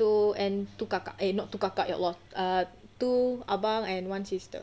two and two kakak eh no two kakak ya !alah! err two abang and one sister